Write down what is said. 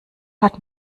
hat